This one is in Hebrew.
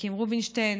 ואליקים רובינשטיין,